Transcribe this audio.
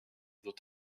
wird